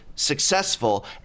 successful